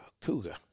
cougar